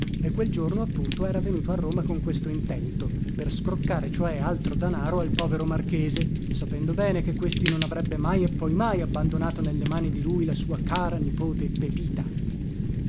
e quel giorno appunto era venuto a roma con questo intento per scroccare cioè altro danaro al povero marchese sapendo bene che questi non avrebbe mai e poi mai abbandonato nelle mani di lui la sua cara nipote pepita